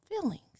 feelings